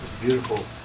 Beautiful